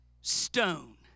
stone